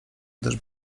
gdyż